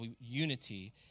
unity